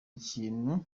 ikintu